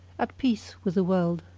at peace with the world.